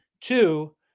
Two